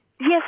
Yes